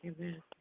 Amen